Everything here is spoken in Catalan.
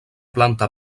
planta